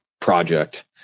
project